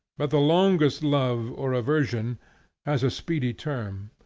but the longest love or aversion has a speedy term.